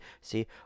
see